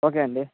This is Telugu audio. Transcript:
ఓకే అండి